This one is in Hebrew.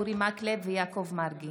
אורי מקלב ויעקב מרגי